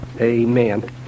amen